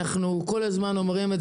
אנחנו כל הזמן אומרים,